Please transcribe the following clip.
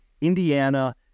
Indiana